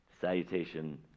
Salutation